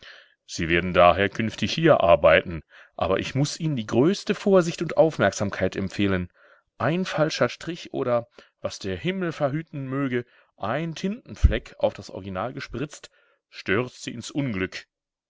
sie werden daher künftig hier arbeiten aber ich muß ihnen die größte vorsicht und aufmerksamkeit empfehlen ein falscher strich oder was der himmel verhüten möge ein tintenfleck auf das original gespritzt stürzt sie ins unglück